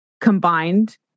combined